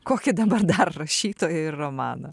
kokį dabar dar rašytoją ir romaną